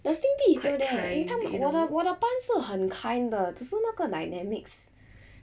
the 心地 is still there 他们我的我的班是很 kind 的只是那个 dynamics